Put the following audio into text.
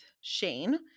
Shane